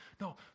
No